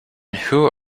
who